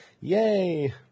Yay